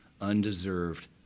undeserved